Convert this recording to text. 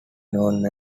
known